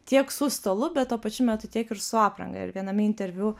tiek su stalu bet tuo pačiu metu tiek ir su apranga ir viename interviu